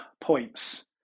points